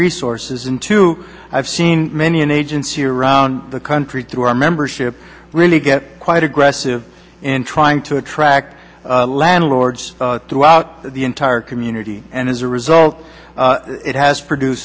resources into i've seen many an agency around the country through our membership really get quite aggressive in trying to attract landlords throughout the entire community and as a result it has produce